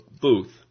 Booth